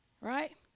Right